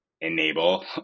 enable